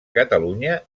catalunya